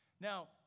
now